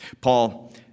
Paul